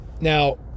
Now